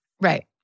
Right